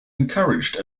encouraged